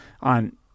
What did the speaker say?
on